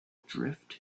drift